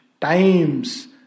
times